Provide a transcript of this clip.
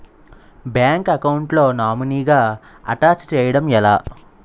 Bank account లో నామినీగా attach చేయడం ఎలా?